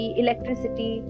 electricity